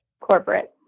corporate